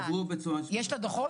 יש לה דו"חות?